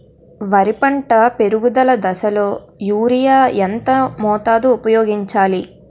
వరి పంట పెరుగుదల దశలో యూరియా ఎంత మోతాదు ఊపయోగించాలి?